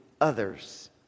others